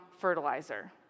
fertilizer